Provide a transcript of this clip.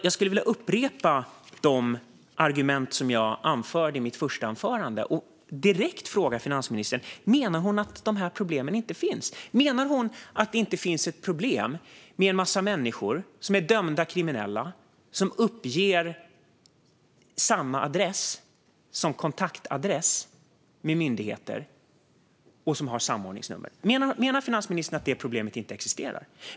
Jag skulle vilja upprepa de argument som jag anförde i mitt första anförande och direkt ställa några frågor till ministern. Menar hon att dessa problem inte finns? Menar hon att det inte finns ett problem med en massa människor som har samordningsnummer som är dömda kriminella och som uppger samma adress som kontaktadress med myndigheter? Menar finansministern att detta problem inte existerar?